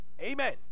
Amen